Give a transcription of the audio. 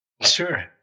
Sure